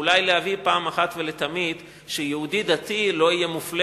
ואולי להביא פעם אחת ולתמיד שיהודי דתי לא יהיה מופלה